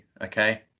okay